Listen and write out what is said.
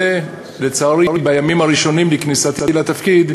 ולצערי, בימים הראשונים לכניסתי לתפקיד,